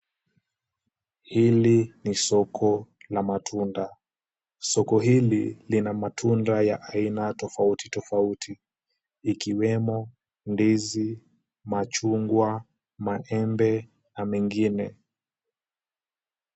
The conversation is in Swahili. Hili ni soko la matunda. Soko hili lina matunda ya aina tofauti tofauti ikiwemo ndizi, machungwa, maembe na mengine.